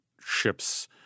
ships